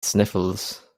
sniffles